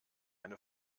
eine